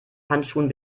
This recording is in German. handschuhen